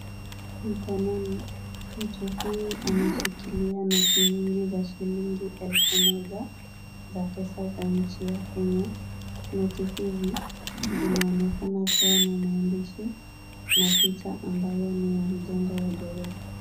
Mkononi, mtu huyu ameshikilia noti nyingi za shilingi elfu moja za pesa za nchi ya Kenya. Noti hizi zinaonekana kuwa na maandishi na picha ambayo ni ya mjengo ya ghorofa.